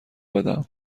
بدم